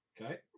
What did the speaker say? Okay